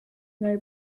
know